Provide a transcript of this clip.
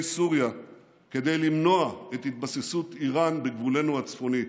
סוריה כדי למנוע את התבססות איראן בגבולנו הצפוני.